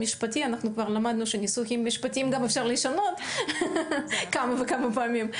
אנחנו כבר למדנו שניסוחים משפטיים גם אפשר לשנות כמה וכמה פעמים,